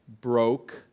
broke